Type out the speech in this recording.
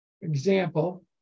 example